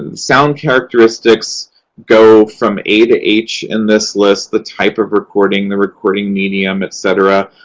and sound characteristics go from a to h in this list the type of recording, the recording medium, et cetera.